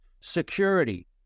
Security